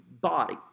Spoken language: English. body